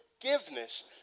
forgiveness